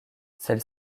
celle